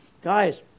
Guys